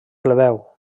plebeu